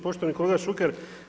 Poštovani kolega Šuker.